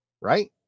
right